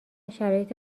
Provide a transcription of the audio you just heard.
شرایط